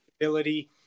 ability